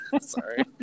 Sorry